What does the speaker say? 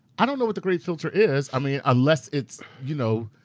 i don't know what the great filter is, i mean, unless it's, you know,